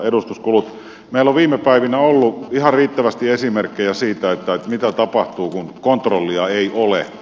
meillä on viime päivinä ollut ihan riittävästi esimerkkejä siitä mitä tapahtuu kun kontrollia ei ole